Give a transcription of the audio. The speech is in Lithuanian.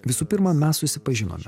visų pirma mes susipažinome